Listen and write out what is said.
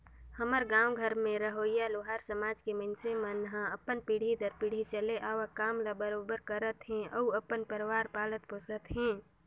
हमर गाँव घर में रहोइया लोहार समाज के मइनसे मन ह अपन पीढ़ी दर पीढ़ी चले आवक काम ल बरोबर करत हे अउ अपन परवार पालत पोसत हे